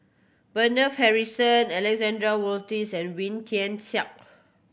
Bernard Harrison Alexander Wolters and Wee Tian Siak